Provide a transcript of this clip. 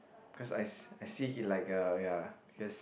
cause I see I see he like a ya cause